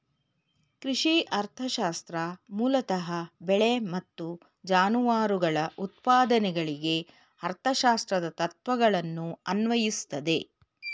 ಕೃಷಿ ಅರ್ಥಶಾಸ್ತ್ರ ಮೂಲತಃ ಬೆಳೆ ಮತ್ತು ಜಾನುವಾರುಗಳ ಉತ್ಪಾದನೆಗಳಿಗೆ ಅರ್ಥಶಾಸ್ತ್ರದ ತತ್ವಗಳನ್ನು ಅನ್ವಯಿಸ್ತದೆ